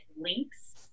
links